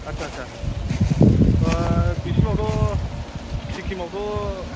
आटसा आटसा बिसिमावथ' सिक्किमावथ'